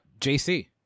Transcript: JC